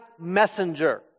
messenger